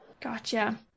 Gotcha